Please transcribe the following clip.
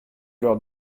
leurs